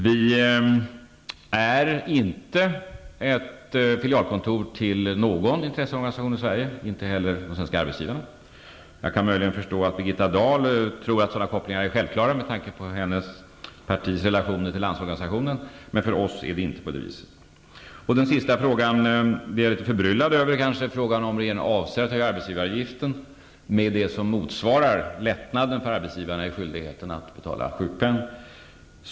Vi är inte ett filialkontor till någon intresseorganisation i Sverige, inte heller till de svenska arbetsgivarna. Jag kan möjligen förstå att Birgitta Dahl tror att sådana kopplingar är självklara, med tanke på hennes partis relationer till Landsorganisationen, men för oss är det inte så. Den sista frågan blev jag något förbryllad över, dvs. om regeringen avser att höja arbetsgivaravgiften med det som motsvarar lättnaden för arbetsgivarna i skyldigheten att betala sjukpenning.